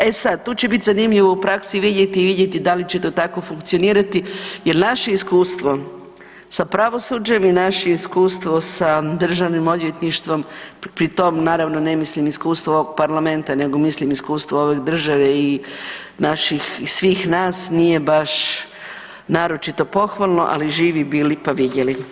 E sad, tu će biti zanimljivo u praksi vidjeti i vidjeti da li će to tako funkcionirati jer naše iskustvo sa pravosuđem i naše iskustvo sa Državnim odvjetništvom, pri tom, naravno ne mislim iskustvo parlamenta, nego mislim iskustvo ove države i naših svih nas nije baš naročito pohvalno, ali živi bili pa vidjeli.